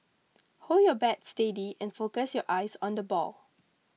hold your bat steady and focus your eyes on the ball